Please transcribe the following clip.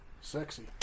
Sexy